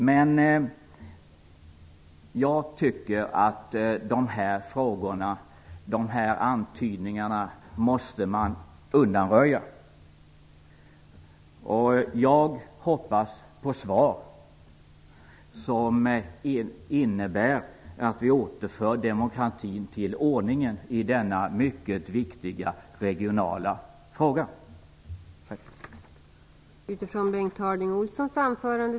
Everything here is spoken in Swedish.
Men jag tycker att dessa antydningar måste undanröjas. Jag hoppas på ett svar som innebär att vi återför demokratin till ordningen i denna mycket viktiga regionala fråga.